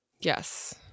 Yes